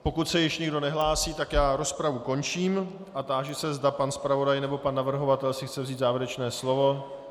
Pokud se již nikdo nehlásí, rozpravu končím a táži se, zda pan zpravodaj nebo pan navrhovatel si chce vzít závěrečné slovo.